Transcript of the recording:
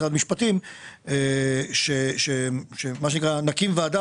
עם משרד המשפטים על כך שנקים ועדה